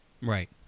Right